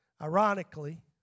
Ironically